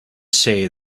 say